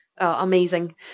amazing